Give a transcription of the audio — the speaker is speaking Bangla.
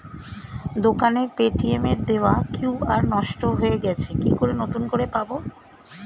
দোকানের পেটিএম এর দেওয়া কিউ.আর নষ্ট হয়ে গেছে কি করে নতুন করে পাবো?